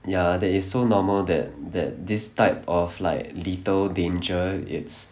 ya that it's so normal that that this type of like lethal danger it's